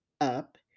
up